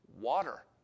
water